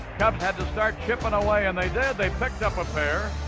cubs had to start chipping away, and they did. they picked up a pair.